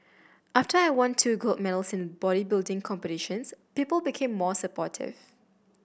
after I won two gold medals in bodybuilding competitions people became more supportive